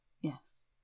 Yes